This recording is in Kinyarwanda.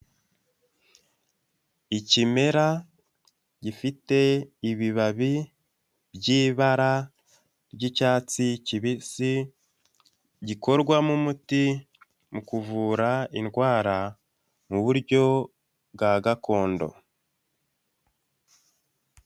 Ikimera gifite ibibabi by'ibara ry'icyatsi kibisi, gikorwamo umuti mu kuvura indwara mu buryo bwa gakondo.